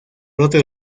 otro